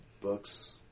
books